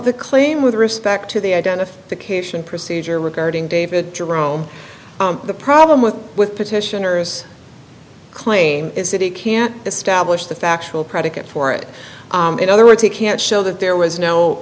the claim with respect to the identification procedure regarding david jerome the problem with with petitioners claim is that he can't establish the factual predicate for it in other words he can't show that there was no